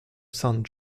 son